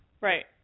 Right